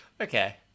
Okay